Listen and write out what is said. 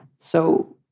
so,